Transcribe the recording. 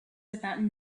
about